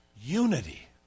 unity